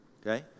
Okay